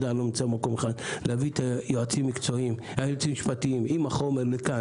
להביא יועצים משפטיים עם החומר לכאן